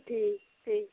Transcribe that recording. ٹھیک ٹھیک